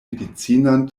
medicinan